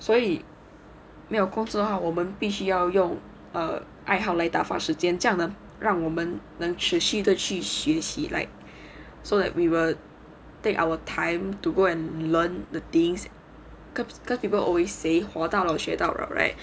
所以没有工资的话我们必须要用 err 爱好来打发时间这样呢让我们能持续地去学习 like so that we were take our time to go and learn the things cause people always say 活到老学到老 right so